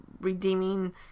redeeming